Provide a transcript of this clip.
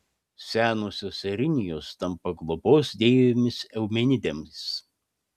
senosios erinijos tampa globos deivėmis eumenidėmis